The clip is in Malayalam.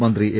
മന്ത്രി എ